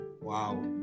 Wow